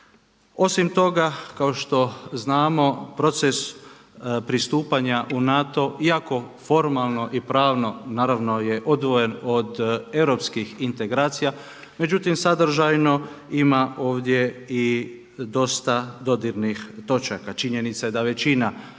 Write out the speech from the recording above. Osim toga kao što znamo proces pristupanja u NATO iako formalno i pravno naravno je odvojen od europskih integracija, međutim sadržajno ima ovdje i dosta dodirnih točaka. Činjenica je da većina